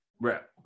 rep